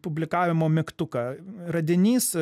publikavimo mygtuką radinys